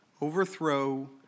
overthrow